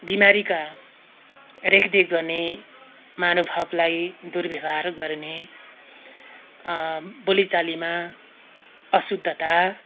बिमारीका रेखदेख गर्ने महानुभावलाई दुर्व्यवहार गर्ने बोलीचालीमा अशुद्धता